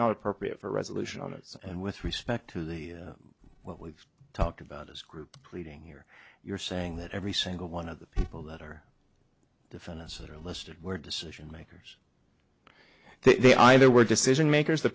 not appropriate for resolution on those and with respect to the what we've talked about this group pleading here you're saying that every single one of the people that are defendants are listed where decision makers they either were decision makers the